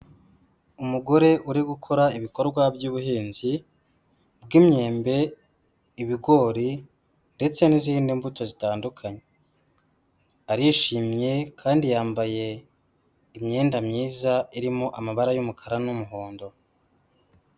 Umugore uri gukora ibikorwa by'ubuhinzi bw'imyembe, ibigori ndetse n'izindi mbuto zitandukanye. Arishimye kandi yambaye imyenda myiza, irimo amabara y'umukara n'umuhondo.